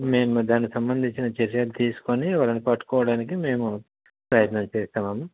మేము దాని సంబంధించిన చర్యలు తీస్కోని వాళ్ళని పట్టుకోవడానికి మేము ప్రయత్నం చేస్తామమ్మ